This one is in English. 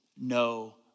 no